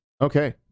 Okay